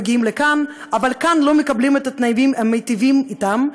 והם מגיעים לכאן אבל כאן הם לא מקבלים את התנאים המיטיבים אתם,